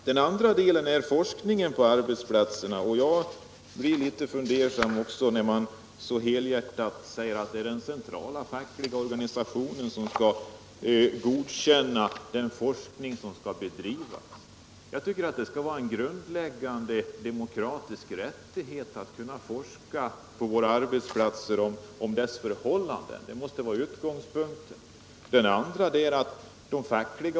Vad sedan gäller forskningen på arbetsplatserna är jag också litet fundersam, när man så helhjärtat säger att det är den centrala fackliga organisationen som godkänner vilken forskning som skall bedrivas. Jag tycker att det skall vara en grundläggande demokratisk rättighet att kunna forska om förhållandena på våra arbetsplatser. Det måste vara utgångspunkten.